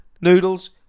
noodles